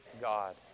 God